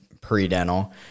pre-dental